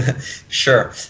Sure